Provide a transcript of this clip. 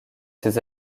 ces